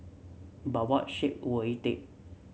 but what shape will it take